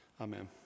Amen